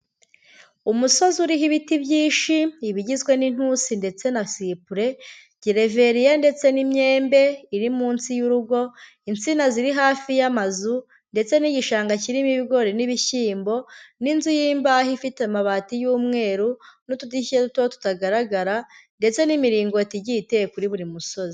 Umusozi uriho ibiti byishi, ibigizwe n'intusi ndetse na sipure, gereveriya ndetse n'imyembe iri munsi y'urugo, insina ziri hafi y'amazu ndetse n'igishanga kirimo ibigori n'ibishyimbo, n'inzu y'imbaho ifite amabati y'umweru n'utudirishya duto tutagaragara, ndetse n'imiringoti igiye iteye kuri buri musozi.